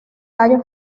tallo